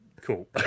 cool